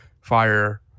fire